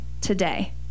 today